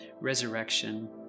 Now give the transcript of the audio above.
resurrection